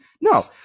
No